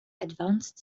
advanced